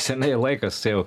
seniai laikas tai jau